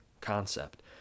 concept